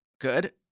good